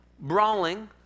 brawling